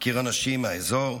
מכיר אנשים מהאזור,